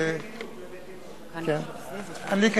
אומנם, במתינות, במתינות.